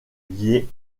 liées